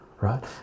right